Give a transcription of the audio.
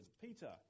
Peter